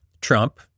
Trump